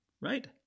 right